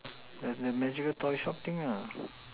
there's the magical toy shop thing